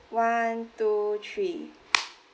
one two three